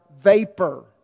vapor